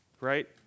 right